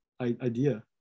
idea